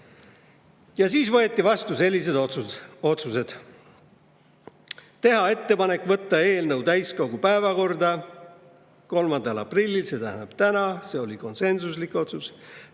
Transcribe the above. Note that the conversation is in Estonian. Ja siis võeti vastu sellised otsused: teha ettepanek võtta eelnõu täiskogu päevakorda 3. aprillil, see tähendab täna, see oli konsensuslik otsus;